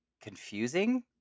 confusing